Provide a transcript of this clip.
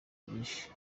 byinshi